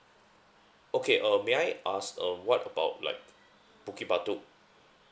okay um may I ask um what about like bukit batok